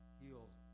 healed